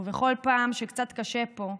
ובכל פעם כשקצת קשה פה,